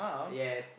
yes